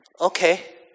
Okay